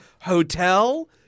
hotel